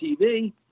TV